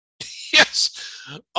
Yes